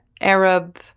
Arab